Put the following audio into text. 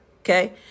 Okay